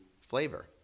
flavor